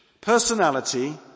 personality